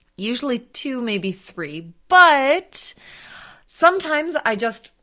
usually two, maybe three. but sometimes i just,